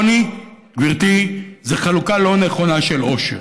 עוני, גברתי, זה חלוקה לא נכונה של עושר.